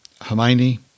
Hermione